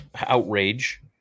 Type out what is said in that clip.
outrage